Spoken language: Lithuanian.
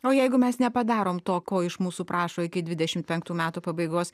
o jeigu mes nepadarom to ko iš mūsų prašo iki dvidešimt penktų metų pabaigos